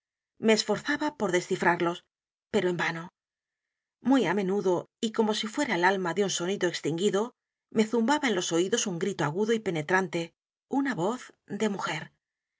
me esforzaba por descifrarlos pero en vano muy á menudo y como si fuera el alma de un sonido extinguido me zumbaba en los oídos un grito agudo y penetrante una voz de mujer